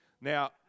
Now